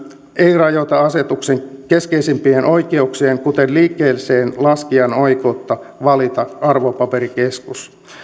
ei rajoita asetuksen keskeisimpiä oikeuksia kuten liikkeeseenlaskijan oikeutta valita arvopaperikeskus